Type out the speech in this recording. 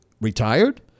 retired